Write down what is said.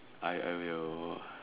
I I will